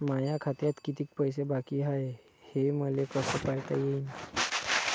माया खात्यात कितीक पैसे बाकी हाय हे मले कस पायता येईन?